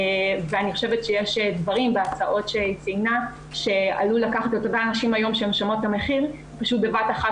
ואני חושבת שיש דברים בהצעות שהיא ציינה שעלולים בבת אחת